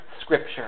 scripture